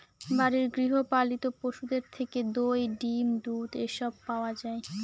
বাড়ির গৃহ পালিত পশুদের থেকে দই, ডিম, দুধ এসব পাওয়া যায়